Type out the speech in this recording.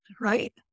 right